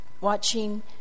watching